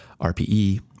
RPE